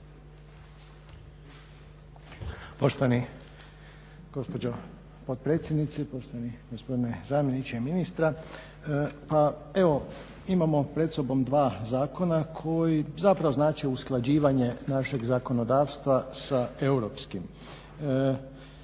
Poštovana gospođo potpredsjednice, poštovani gospodine zamjeniče ministra. Pa evo imamo pred sobom dva zakona koji zapravo znače usklađivanje našeg zakonodavstva sa europskim.